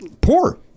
poor